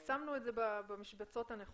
פשוט שמנו את זה במשבצות הנכונות.